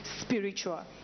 spiritual